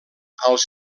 als